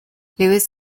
lewis